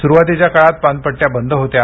सुरुवातीच्या काळात पानपट्टया्ू बंद होत्या